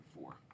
four